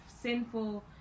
sinful